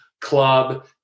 club